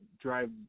drive